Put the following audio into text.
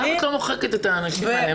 למה את לא מוחקת את האנשים האלה?